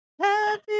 Happy